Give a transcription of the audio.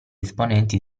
esponenti